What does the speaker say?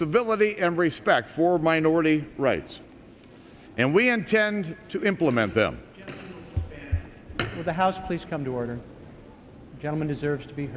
civility and respect for minority rights and we intend to implement them with the house please come to order gentlemen deserves to be